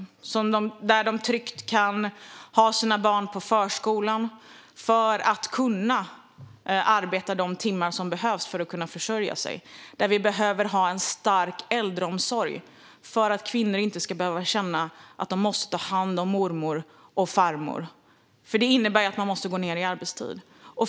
Människor ska tryggt kunna ha sina barn på förskolan för att kunna arbeta de timmar som behövs för att försörja sig. Vi behöver ha en stark äldreomsorg för att kvinnor inte ska behöva känna att de måste ta hand om mormor och farmor, för det innebär att man måste gå ned i arbetstid.